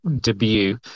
debut